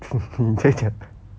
你在讲